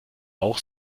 auch